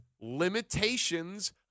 limitations